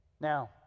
Now